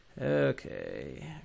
okay